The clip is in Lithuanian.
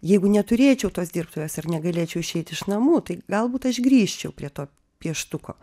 jeigu neturėčiau tos dirbtuvės ar negalėčiau išeit iš namų tai galbūt aš grįžčiau prie to pieštuko